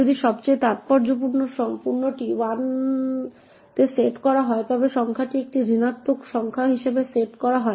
যদি সবচেয়ে তাৎপর্যপূর্ণটি 1 তে সেট করা হয় তবে সংখ্যাটি একটি ঋণাত্মক সংখ্যা হিসাবে সেট করা হয়